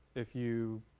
if you